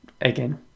again